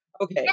okay